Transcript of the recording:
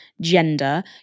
gender